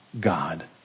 God